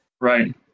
Right